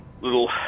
little